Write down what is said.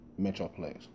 Metroplex